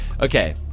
Okay